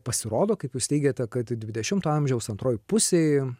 pasirodo kaip jūs teigiate kad dvidešimto amžiaus antroj pusėj